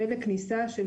בבקשה.